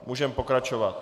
Můžeme pokračovat.